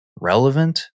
relevant